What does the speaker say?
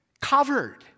Covered